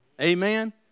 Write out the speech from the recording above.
Amen